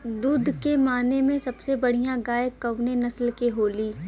दुध के माने मे सबसे बढ़ियां गाय कवने नस्ल के होली?